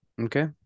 Okay